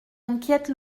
inquiète